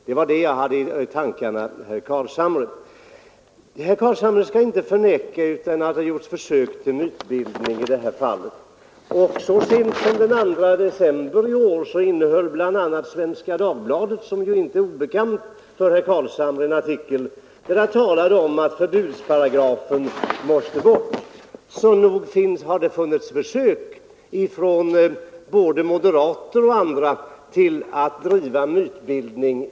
Det var detta jag hade i tankarna, herr Carlshamre. Herr Carlshamre skall inte försöka förneka att det gjorts försök till mytbildning i detta fall. Så sent som den 2 december i år innehöll bl.a. Svenska Dagbladet, som ju inte är obekant för herr Carlshamre, en artikel där det talades om att förbudsparagrafen måste bort. Så nog har det gjorts försök till mytbildning från både moderater och andra i detta fall.